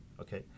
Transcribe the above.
okay